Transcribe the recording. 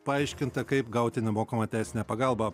paaiškinta kaip gauti nemokamą teisinę pagalbą